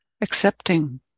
accepting